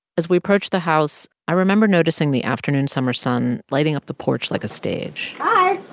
as we approached the house, i remember noticing the afternoon summer sun lighting up the porch like a stage hi.